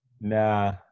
Nah